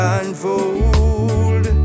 unfold